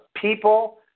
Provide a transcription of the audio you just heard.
people